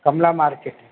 Kamla market